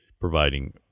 providing